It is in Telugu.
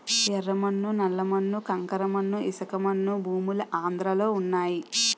యెర్ర మన్ను నల్ల మన్ను కంకర మన్ను ఇసకమన్ను భూములు ఆంధ్రలో వున్నయి